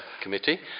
committee